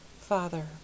father